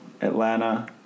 Atlanta